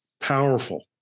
powerful